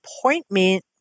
appointment